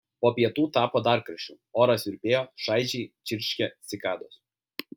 po pietų tapo dar karščiau oras virpėjo šaižiai čirškė cikados